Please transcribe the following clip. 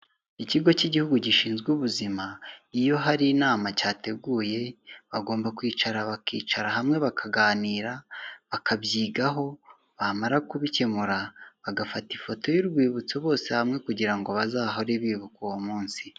Ikigo cy'igihugu gishinzwe ubuzima, iyo hari inama cyateguye bagomba kwicara bakicara hamwe bakaganira bakabyigaho, bamara kubikemura bagafata ifoto y'urwibutso bose hamwe kugira ngo bazahore bibuka uwo munsi.